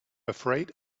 afraid